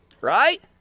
right